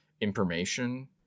information